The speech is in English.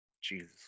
Jesus